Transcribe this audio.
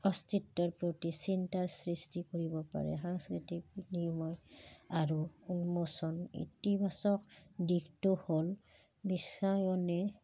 অস্তিত্বৰ প্ৰতি চিন্তাৰ সৃষ্টি কৰিব পাৰে সাংস্কৃতিক নিৰ্ময় আৰু উন্মোচন ইতিবাচক দিশটো হ'ল বিশ্বায়নে